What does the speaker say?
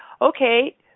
okay